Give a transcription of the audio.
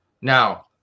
Now